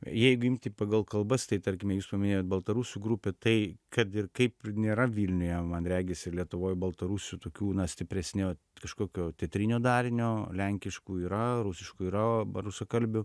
jeigu imti pagal kalbas tai tarkime jūs paminėjot baltarusių grupę tai kad ir kaip nėra vilniuje man regis ir lietuvoj baltarusių tokių na stipresnio kažkokio teatrinio darinio lenkiškų yra rusiškų yra rusakalbių